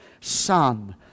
Son